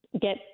get